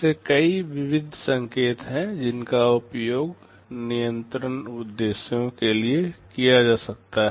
ऐसे कई विविध संकेत हैं जिनका उपयोग नियंत्रण उद्देश्यों के लिए किया जाता है